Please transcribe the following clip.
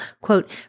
quote